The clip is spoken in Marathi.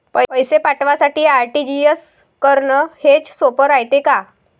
पैसे पाठवासाठी आर.टी.जी.एस करन हेच सोप रायते का?